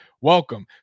Welcome